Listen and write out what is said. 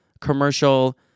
commercial